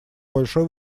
большой